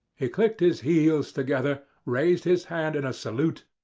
he clicked his heels together, raised his hand in a salute,